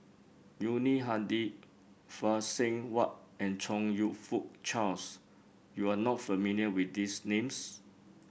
Yuni Hadi Phay Seng Whatt and Chong You Fook Charles you are not familiar with these names